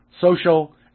social